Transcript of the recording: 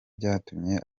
byatumye